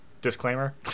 disclaimer